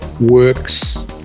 works